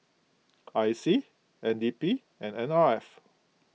I C N D P and N R F